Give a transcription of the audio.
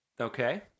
Okay